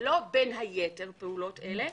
ולא: בין היתר פעולות אלה.